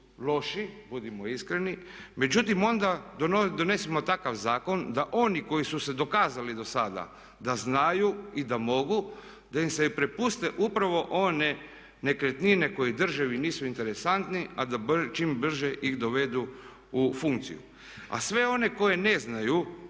loši, budimo iskreni, međutim onda donesemo takav zakon da oni koji su se dokazali dosada da znaju i da mogu da im se prepuste upravo one nekretnine koje državi nisu interesantne a da čim brže ih dovedu u funkciju. A sve one koji ne znaju